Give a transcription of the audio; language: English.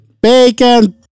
Bacon